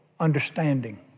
understanding